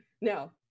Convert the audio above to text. no